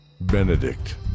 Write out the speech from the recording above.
Benedict